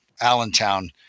Allentown